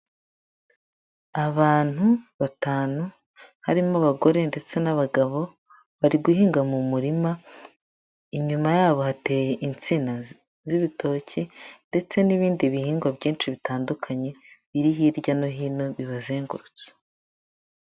Abantu batanu harimo abagore ndetse n'abagabo bari guhinga mu murima, inyuma yabo hateye insina z'ibitoki ndetse n'ibindi bihingwa byinshi bitandukanye, biri hirya no hino bibazengurutse.